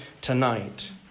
tonight